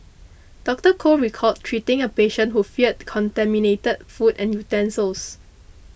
Doctor Koh recalled treating a patient who feared contaminated food and utensils